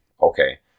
Okay